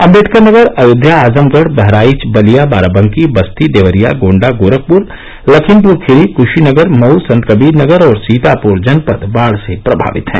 अंबेडकर नगर अयोध्या आजमगढ़ बहराइच बलिया बाराबंकी बस्ती देवरिया गोंडा गोरखपुर लखीमपुर खीरी क्शीनगर मऊ संतकबीरनगर और सीतापुर जनपद बाढ से प्रमावित हैं